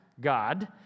God